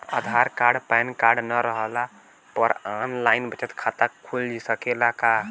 आधार card pan card न रहला पर आन लाइन बचत खाता खुल सकेला का?